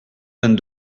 vingt